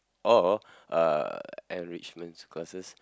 or uh enrichment classes